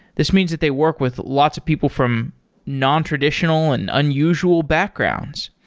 this means that they work with lots of people from nontraditional and unusual backgrounds.